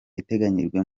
iteganyijwe